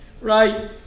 right